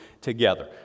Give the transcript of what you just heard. together